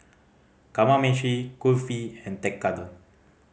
Kamameshi Kulfi and Tekkadon